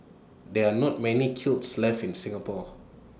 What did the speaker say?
there are not many kilns left in Singapore